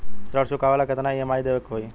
ऋण चुकावेला केतना ई.एम.आई देवेके होई?